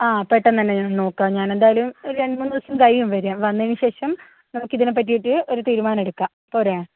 ആ പെട്ടെന്ന് തന്നെ ഞാൻ നോക്കാം ഞാൻ എന്തായാലും ഒരു രണ്ടു മൂന്നു ദിവസം കഴിയും വരാൻ വന്നതിനു ശേഷം നമുക്ക് ഇതിനെ പറ്റിയിട്ട് ഒരു തീരുമാനം എടുക്കാം പോരേ